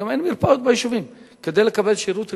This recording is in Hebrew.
היום אין מרפאות ביישובים כדי לקבל שירות רפואי.